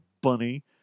bunny